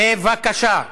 בבקשה.